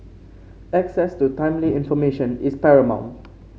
access to timely information is paramount